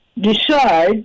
decide